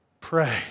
Pray